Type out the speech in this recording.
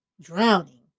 drowning